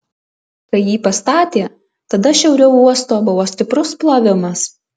kai jį pastatė tada šiauriau uosto buvo stiprus plovimas